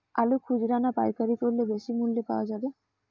আলু খুচরা না পাইকারি করলে বেশি মূল্য পাওয়া যাবে?